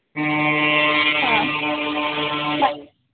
ಹಾಂ ಸರಿ